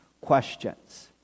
questions